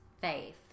faith